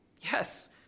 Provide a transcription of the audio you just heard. Yes